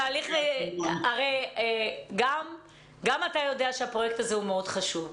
גם אתה יודע שהפרויקט הזה מאוד חשוב,